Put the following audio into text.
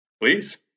Please